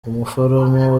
umuforomo